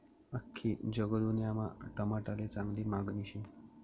आख्खी जगदुन्यामा टमाटाले चांगली मांगनी शे